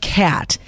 cat